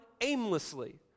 aimlessly